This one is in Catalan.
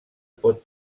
pot